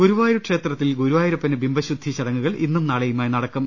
ഗുരുവായൂർ ക്ഷേത്രത്തിൽ ഗുരുവായൂരപ്പന് ബിംബശുദ്ധി ചടങ്ങുകൾ ഇന്നും നാളെയുമായി നടക്കും